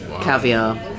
caviar